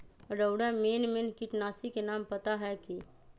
रउरा main main किटनाशी के नाम पता हए कि?